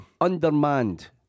undermanned